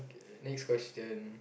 uh next question